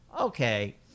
okay